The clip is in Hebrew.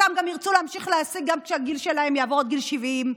אותן ירצו להמשיך להעסיק גם כשהן יעברו את גיל 70,